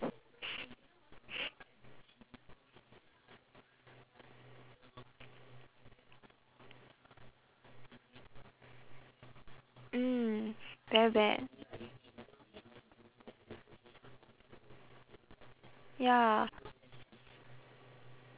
mm very bad ya